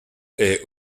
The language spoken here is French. est